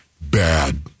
Bad